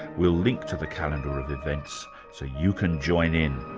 we'll link to the calendar of events so you can join in.